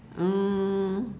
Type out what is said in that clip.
um